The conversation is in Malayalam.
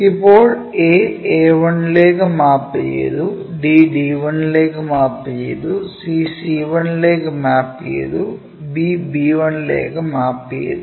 ഇപ്പോൾ aa1 ലേക്ക് മാപ്പ് ചെയ്തു dd1 ലേക്ക് മാപ്പ് ചെയ്തു cc1 ലേക്ക് മാപ്പ് ചെയ്തു b b1 ലേക്ക് മാപ്പ് ചെയ്തു